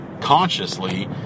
consciously